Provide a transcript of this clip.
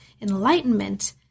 enlightenment